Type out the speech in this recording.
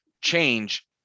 change